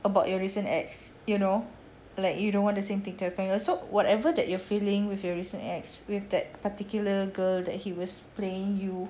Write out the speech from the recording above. about your recent ex you know like you don't want the same thing to happen so whatever that you're feeling with your recent ex with that particular girl that he was playing you